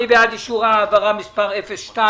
מי בעד אישור העברה מספר 8002?